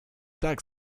tak